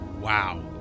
wow